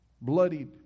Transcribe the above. bloodied